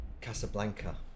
Casablanca